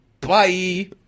bye